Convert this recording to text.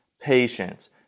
patience